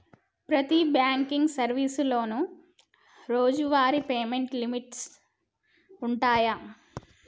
ప్రతి బాంకింగ్ సర్వీసులోనూ రోజువారీ పేమెంట్ లిమిట్స్ వుంటయ్యి